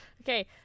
okay